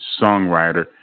songwriter